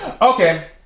Okay